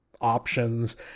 options